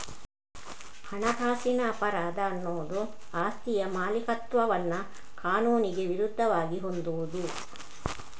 ಹಣಕಾಸಿನ ಅಪರಾಧ ಅನ್ನುದು ಆಸ್ತಿಯ ಮಾಲೀಕತ್ವವನ್ನ ಕಾನೂನಿಗೆ ವಿರುದ್ಧವಾಗಿ ಹೊಂದುವುದು